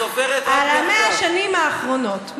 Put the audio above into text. על 100 השנים האחרונות.